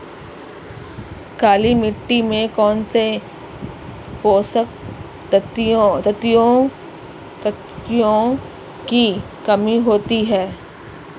काली मिट्टी में कौनसे पोषक तत्वों की कमी होती है?